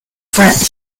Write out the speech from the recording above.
france